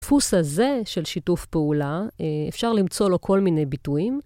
דפוס הזה של שיתוף פעולה, אפשר למצוא לו כל מיני ביטויים.